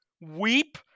weep